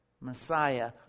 Messiah